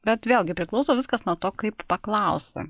bet vėlgi priklauso viskas nuo to kaip paklausi